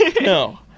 no